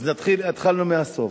אז התחלנו מהסוף.